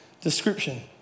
description